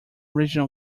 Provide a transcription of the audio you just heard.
regional